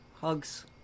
Hugs